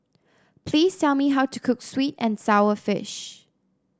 please tell me how to cook sweet and sour fish